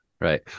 Right